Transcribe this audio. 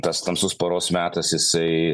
tas tamsus paros metas jisai